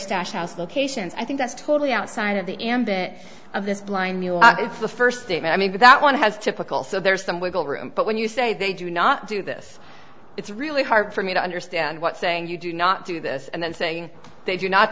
stash house locations i think that's totally outside of the ambit of this blind it's the first day i mean that one has typical so there's some wiggle room but when you say they do not do this it's really hard for me to understand what saying you do not do this and then saying they do not